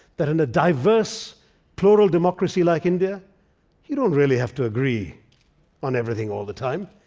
that in a diverse plural democracy like india you don't really have to agree on everything all the time,